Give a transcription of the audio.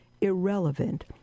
irrelevant